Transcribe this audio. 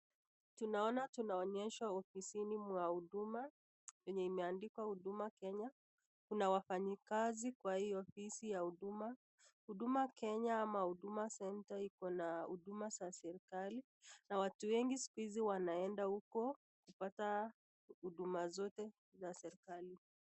Tunaona tunaonyeshwa ofisini mwa huduma yenye imeandikwa Huduma Kenya. Kuna wafanyikazi kwa hii ofisi ya huduma. Huduma Kenya ama Huduma Centre ikona huduma za serikali na watu wengi siku hizi wanaenda huko kupata huduma zote za serikali.